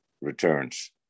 returns